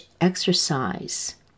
exercise